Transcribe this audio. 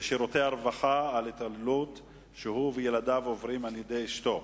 מספר בשירותי הרווחה על התעללות שהוא וילדיו עוברים על-ידי אשתו.